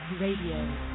Radio